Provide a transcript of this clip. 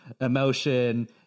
emotion